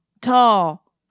tall